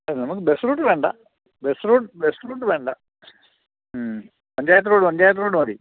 നമുക്ക് bus route വേണ്ട bus route bus route വേണ്ട പഞ്ചായത്ത് റോഡ് പഞ്ചായത്ത് റോഡ് മതി